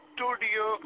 Studio